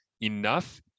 enough